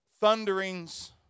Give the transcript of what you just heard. thunderings